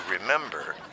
remember